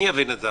מי יבין את זה?